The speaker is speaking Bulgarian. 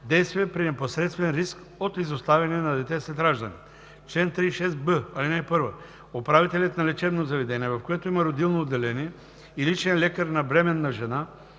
Действия при непосредствен риск от изоставяне на дете след раждане Чл. 36б. (1) Управителят на лечебно заведение, в което има родилно отделение, и личният лекар на бременна жена,